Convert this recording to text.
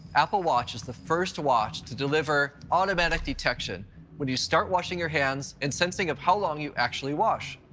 apple watch is the first watch to deliver automatic detection when you start washing your hands and sensing of how long you actually wash.